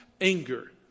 anger